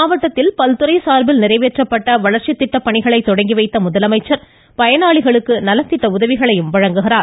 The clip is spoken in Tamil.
மாவட்டத்தில் பல்துறை சார்பில் நிறைவேற்றப்பட்ட வளர்ச்சி திட்டப்பணிகளை தொடங்கி வைத்த முதலமைச்சர் பயனாளிகளுக்கு நலத்திட்ட உதவிகளையும் வழங்குகிறார்